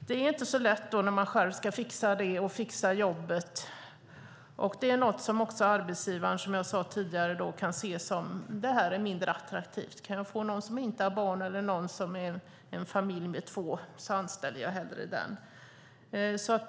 Det är inte så lätt när man samtidigt ska fixa jobbet. Det är något som arbetsgivaren kan se som mindre attraktivt och försöker anställa någon som inte har barn eller som har en familj med två föräldrar.